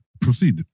Proceed